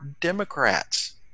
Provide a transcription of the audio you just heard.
Democrats